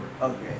Okay